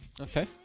Okay